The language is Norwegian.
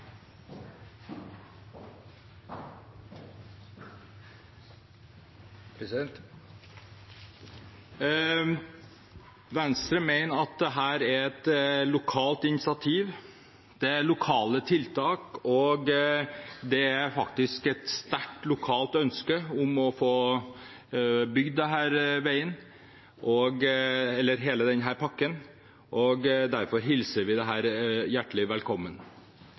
transportskatten. Venstre mener at dette er et lokalt initiativ, det er lokale tiltak, og det er faktisk et sterkt lokalt ønske om å få gjennomført hele denne pakken. Derfor hilser vi dette hjertelig velkommen.